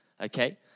okay